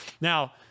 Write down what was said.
Now